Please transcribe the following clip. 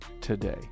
today